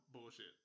Bullshit